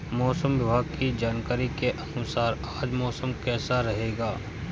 मौसम विभाग की जानकारी के अनुसार आज मौसम कैसा रहेगा?